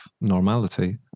normality